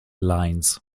lines